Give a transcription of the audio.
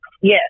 Yes